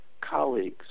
colleagues